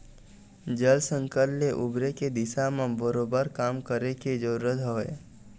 जल संकट ले उबरे के दिशा म बरोबर काम करे के जरुरत हवय